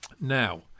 Now